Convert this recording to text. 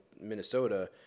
Minnesota